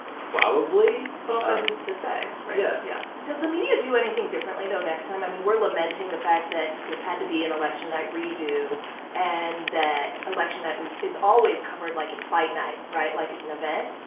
probably. but, also, who's to say, right? yeah yeah does the media do anything differently, though, next time? i mean, we're lamenting the fact that this had to be an election night redo and that election night was is always covered like it's fight night right? like it's an event.